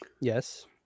Yes